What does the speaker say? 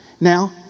Now